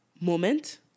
moment